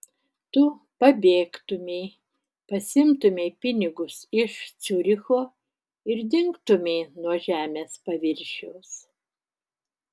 tu pabėgtumei pasiimtumei pinigus iš ciuricho ir dingtumei nuo žemės paviršiaus